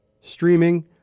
streaming